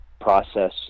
process